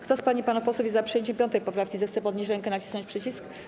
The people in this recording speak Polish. Kto z pań i panów posłów jest za przyjęciem 5. poprawki, zechce podnieść rękę i nacisnąć przycisk.